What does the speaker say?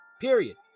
period